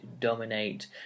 dominate